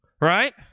Right